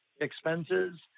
expenses